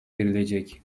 verilecek